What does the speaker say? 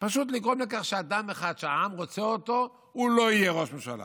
לגרום לכך שאדם אחד שהעם רוצה אותו לא יהיה ראש ממשלה.